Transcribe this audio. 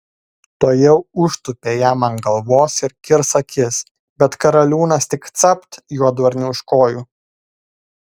tuojau užtūpė jam ant galvos ir kirs akis bet karaliūnas tik capt juodvarnį už kojų